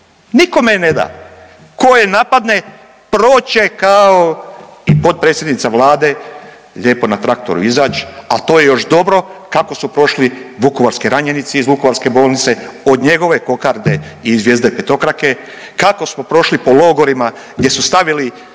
Nikome je ne da. Tko je napadne, proći će kao i potpredsjednica Vlade lijepo na traktoru izaći, ali to je još dobro kako su prošli vukovarski ranjenici iz vukovarske bolnice od njegove kokarde i zvijezde petokrake, kako smo prošli po logorima gdje su stavili